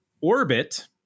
Orbit